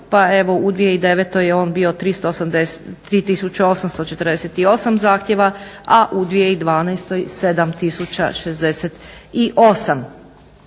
pa evo u 2009.on je bio 3848 zahtjeva, a u 2012. 7068.